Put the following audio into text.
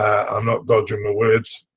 i'm not dodging the words.